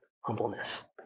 humbleness